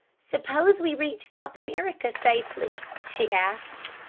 suppose we reach south america safely? she asked.